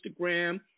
Instagram